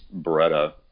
Beretta